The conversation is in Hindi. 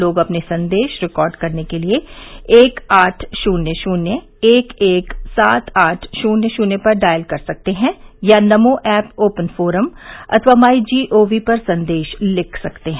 लोग अपने संदेश रिकॉर्ड करने के लिए एक आठ शून्य शून्य एक एक सात आठ शून्य शून्य पर डायल कर सकते हैं या नमो ऐप ओपन फोरम अथवा माई जी ओ वी पर संदेश लिख सकते हैं